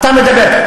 אתה מדבר,